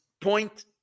point